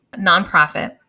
nonprofit